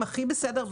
הכי בסדר,